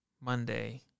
Monday